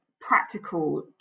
practical